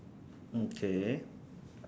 mm K